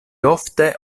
ofte